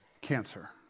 Cancer